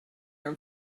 your